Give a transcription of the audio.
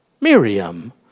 Miriam